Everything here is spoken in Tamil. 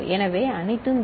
எனவே அனைத்தும் 0